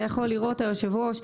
היושב ראש,